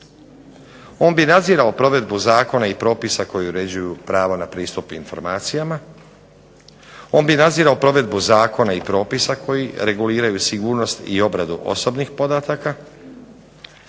on bi nadzirao provedbu zakona i propisa koji uređuju pravo na pristup informacijama; on bi nadzirao provedbu zakona i propisa koji reguliraju sigurnost i obradu osobnih podataka;